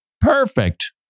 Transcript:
perfect